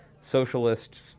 socialist